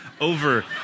over